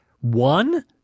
one